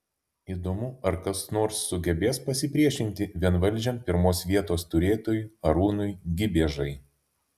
įdomu ar kas nors sugebės pasipriešinti vienvaldžiam pirmos vietos turėtojui arūnui gibiežai